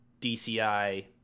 DCI